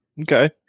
Okay